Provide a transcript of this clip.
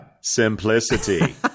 simplicity